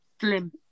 slim